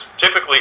typically